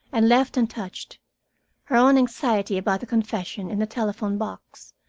and left untouched her own anxiety about the confession in the telephone-box,